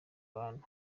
abantu